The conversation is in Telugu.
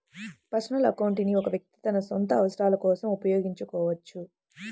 పర్సనల్ అకౌంట్ ని ఒక వ్యక్తి తన సొంత అవసరాల కోసం ఉపయోగించుకోవచ్చు